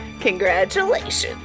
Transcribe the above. Congratulations